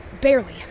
Barely